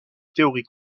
théorie